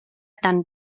tan